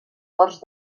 ports